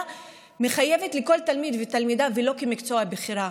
מחייבת לכל תלמיד ותלמידה ולא כמקצוע בחירה,